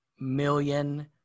million